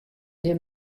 gjin